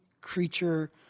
creature